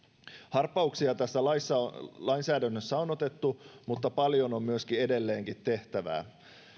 harppauksia tässä lainsäädännössä on otettu mutta paljon on myöskin edelleenkin tehtävää